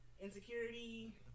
insecurity